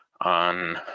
On